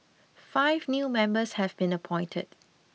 five new members have been appointed